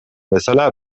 bezala